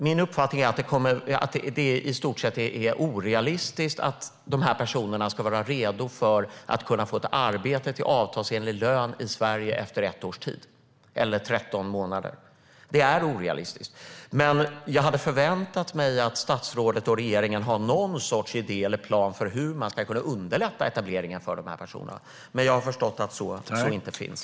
Min uppfattning är att det är i stort sett orealistiskt att dessa personer ska vara redo för att få ett arbete till avtalsenlig lön i Sverige efter 13 månader. Det är orealistiskt. Jag hade förväntat mig att statsrådet och regeringen skulle ha någon sorts idé eller plan för hur man kan underlätta etableringen för dessa personer, men jag har förstått att den inte finns.